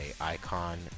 icon